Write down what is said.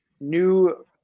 new